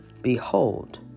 Behold